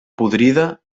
podrida